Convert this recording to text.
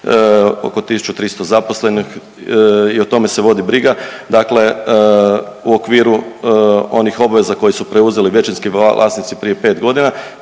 oko 1.300 zaposlenih i o tome se vodi briga. Dakle, u okviru onih obaveza koje su preuzeli većinski vlasnici prije 5 godina